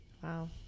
wow